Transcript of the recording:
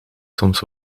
soms